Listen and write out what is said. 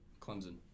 Clemson